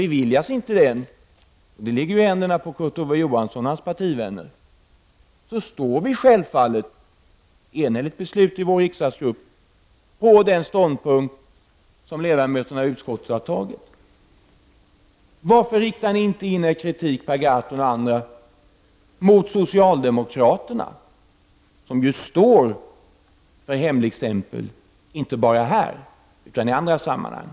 Om inte det beviljas — det ligger i händerna på Kurt Ove Johansson och hans partivänner — då står vi självfallet fast vid den ståndpunkt som ledamöterna i utskottet har intagit. Beslutet därom är enhälligt i vår riksdagsgrupp. Varför riktar inte Per Gahrton och andra in sin kritik mot socialdemokraterna, som står för hemligstämpel inte bara här utan också i andra sammanhang?